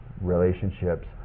relationships